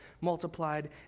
multiplied